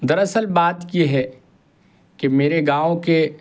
دراصل بات یہ ہے کہ میرے گاؤں کے